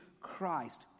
Christ